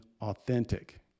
authentic